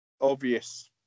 obvious